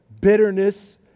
bitterness